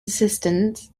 assistance